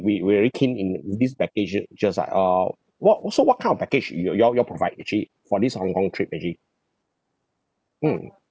we're very keen in this packages ah um what also what kind of package you you all you all provide actually for this hong kong trip actually mm